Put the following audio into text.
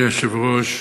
אדוני היושב-ראש,